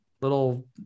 little